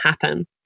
happen